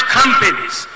companies